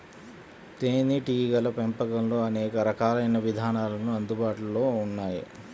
తేనీటీగల పెంపకంలో అనేక రకాలైన విధానాలు అందుబాటులో ఉన్నాయి